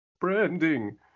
Branding